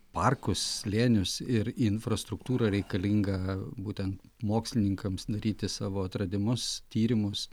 parkus slėnius ir infrastruktūrą reikalingą būtent mokslininkams daryti savo atradimus tyrimus